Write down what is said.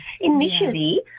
initially